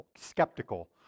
skeptical